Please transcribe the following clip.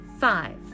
Five